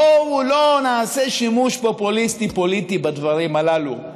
בואו לא נעשה שימוש פופוליסטי פוליטי בדברים הללו.